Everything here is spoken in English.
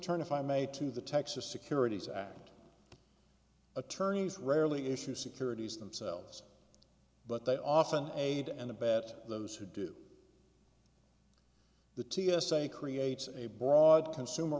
turn if i may to the texas securities act attorneys rarely issue securities themselves but they often aid and abet those who do the t s a creates a broad consumer